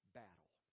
battle